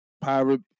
Pirate